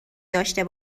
داشته